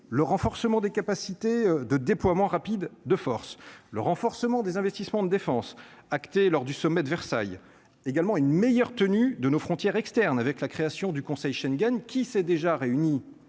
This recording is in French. le renforcement des capacités de déploiement rapide de force, le renforcement des investissements de défense acté lors du sommet de Versailles également une meilleure tenue de nos frontières externes, avec la création du Conseil Schengen qui s'est déjà réuni